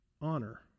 honor